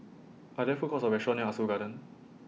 Are There Food Courts Or restaurants near Ah Soo Garden